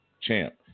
champ